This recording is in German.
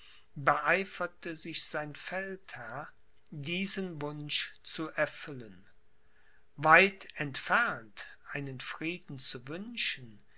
beeiferte sich sein feldherr diesen wunsch zu erfüllen weit entfernt einen frieden zu wünschen